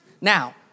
Now